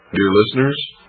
dear listeners.